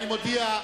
אני מודיע,